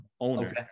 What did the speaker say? owner